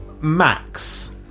Max